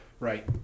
Right